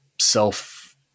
self